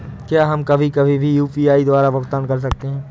क्या हम कभी कभी भी यू.पी.आई द्वारा भुगतान कर सकते हैं?